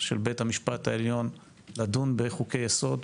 של בית המשפט העליון לדון בחוקי-יסוד,